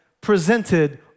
presented